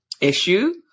issue